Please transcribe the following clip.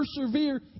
persevere